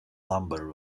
lumber